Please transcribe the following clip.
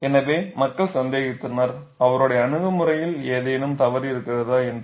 எனவே மக்கள் சந்தேகித்தனர் அவருடைய அணுகுமுறையில் ஏதேனும் தவறு இருக்கிறதா என்று